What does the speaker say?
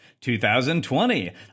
2020